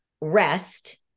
rest